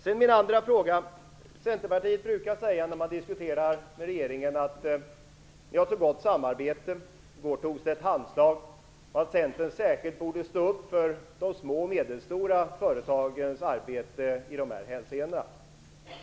Så till min andra fråga: Centerpartiet brukar säga att man har ett gott samarbete med regeringen, att det växlades handslag och att Centern särskilt borde stå upp för de små och medelstora företagens arbete i dessa hänseenden.